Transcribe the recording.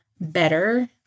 better